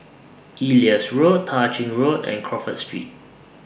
Elias Road Tah Ching Road and Crawford Street